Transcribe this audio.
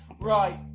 Right